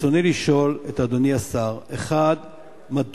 רצוני לשאול את אדוני השר: 1. מדוע,